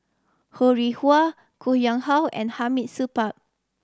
Ho Rih Hwa Koh How and Hamid Supaat